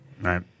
Right